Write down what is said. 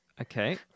Okay